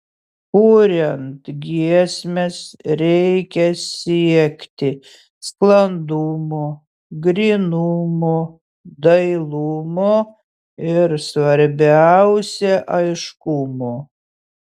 kuriant giesmes reikia siekti sklandumo grynumo dailumo ir svarbiausia aiškumo